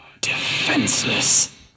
defenseless